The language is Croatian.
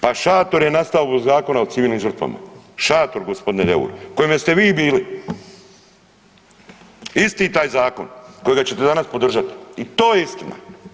Pa šator je nastao zbog Zakona o civilnim žrtvama, šator gospodine Deur, u kojeme ste vi bili, isti taj Zakon kojega ćete danas podržati i to je istina.